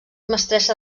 mestressa